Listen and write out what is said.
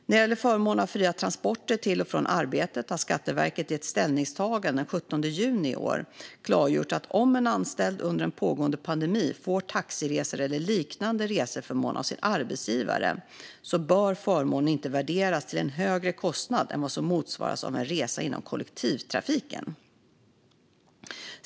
När det gäller förmån av fria transporter till och från arbetet har Skatteverket i ett ställningstagande den 17 juni i år klargjort att om en anställd under en pågående pandemi får taxiresor eller en liknande reseförmån av sin arbetsgivare, bör förmånen inte värderas till en högre kostnad än som motsvarar vad en resa inom kollektivtrafiken kostar.